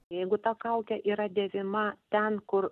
jeigu ta kaukė yra dėvima ten kur